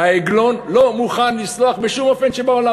העגלון לא מוכן לסלוח בשום אופן שבעולם.